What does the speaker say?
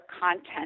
content